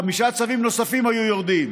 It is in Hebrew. חמישה צווים נוספים היו יורדים.